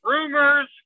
Rumors